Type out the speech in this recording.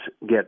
get